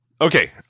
Okay